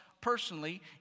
personally